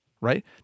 right